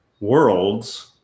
worlds